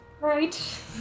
Right